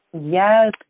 yes